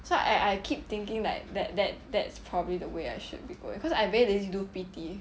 so I I keep thinking like that that that's probably the way I should be going because I very lazy do P_T